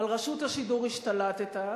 על רשות השידור השתלטת,